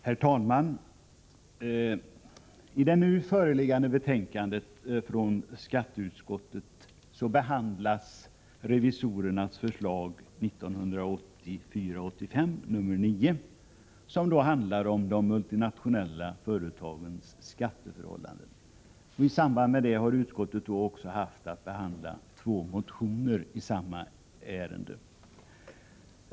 Herr talman! I det nu föreliggande betänkandet från skatteutskottet behandlas revisorernas förslag 1984/85:9 om multinationella företags skatteförhållanden. I samband därmed har utskottet också haft att behandla två motioner i samma ärende.